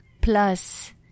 Plus